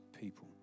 people